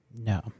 No